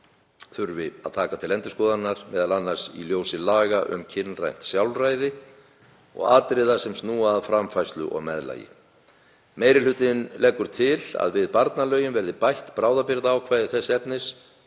þurfi að taka til endurskoðunar, m.a. í ljósi laga um kynrænt sjálfræði og atriða sem snúa að framfærslu og meðlagi. Meiri hlutinn leggur til að við barnalögin verði bætt bráðabirgðaákvæði þess efnis